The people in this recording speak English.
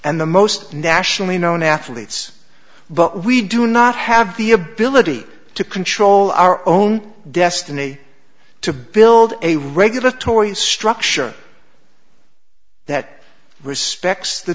and the most nationally known athletes but we do not have the ability to control our own destiny to build a regulatory structure that respects the